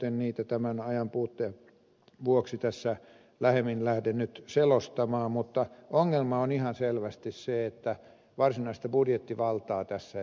en niitä tämä ajanpuutteen vuoksi tässä lähemmin lähde nyt selostamaan mutta ongelma on ihan selvästi se että varsinaista budjettivaltaa tässä ei ole kenelläkään